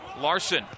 Larson